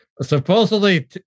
Supposedly